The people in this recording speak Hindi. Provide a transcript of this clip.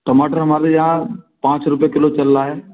टमाटर हमारे यहाँ पाँच रुपए किलो चल रहा है